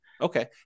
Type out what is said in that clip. Okay